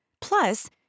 Plus